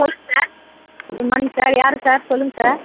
சொல்லுங்கள் sir good morning sir யாரு sir சொல்லுங்கள் சார்